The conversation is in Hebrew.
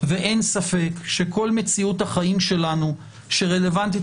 ואין ספק שכל מציאות החיים שלנו שרלוונטית